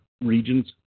regions